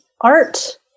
art